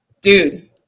Dude